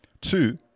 two